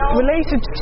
related